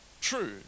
true